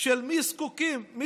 של מי שזקוקים